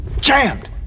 jammed